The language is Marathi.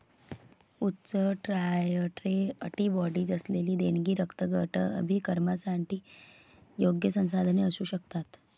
उच्च टायट्रे अँटीबॉडीज असलेली देणगी रक्तगट अभिकर्मकांसाठी योग्य संसाधने असू शकतात